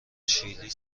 شیلی